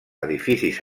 edificis